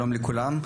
שלום לכולם.